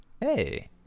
hey